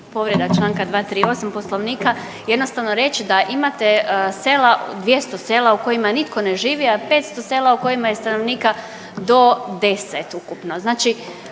Povreda članka 238. Poslovnika. Jednostavno reći da imate sela, 200 sela u kojima nitko ne živi, a 500 sela u kojima je stanovnika do 10 ukupno.